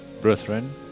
brethren